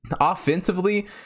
Offensively